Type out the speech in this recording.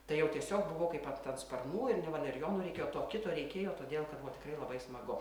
tai jau tiesiog buvau kaip at ant sparnų ir ne valerijonų reikėjo o to kito reikėjo todėl kad buvo tikrai labai smagu